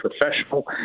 professional